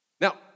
Now